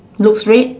looks red